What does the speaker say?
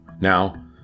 Now